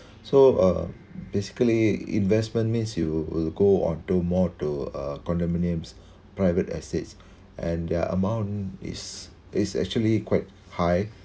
so uh basically investment means you will go onto more to uh condominiums private assets and the amount is it's actually quite high